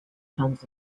trans